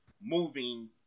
moving